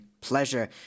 pleasure